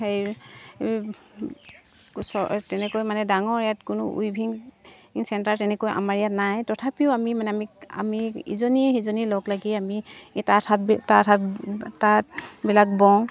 হেৰি ওচ তেনেকৈ মানে ডাঙৰ ইয়াত কোনো উইভিং চেণ্টাৰ তেনেকৈ আমাৰ ইয়াত নাই তথাপিও আমি মানে আমি আমি ইজনীয়ে সিজনীয়ে লগ লাগি আমি তাৰশাল তাঁত হাত তাঁতবিলাক বওঁ